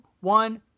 one